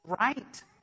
right